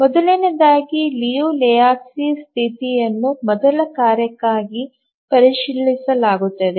ಮೊದಲನೆಯದಾಗಿ Liu Lehoczky ಸ್ಥಿತಿಯನ್ನು ಮೊದಲ ಕಾರ್ಯಕ್ಕಾಗಿ ಪರಿಶೀಲಿಸಲಾಗುತ್ತದೆ